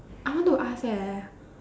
I want to ask eh